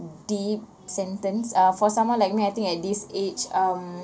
deep sentence uh for someone like me I think at this age um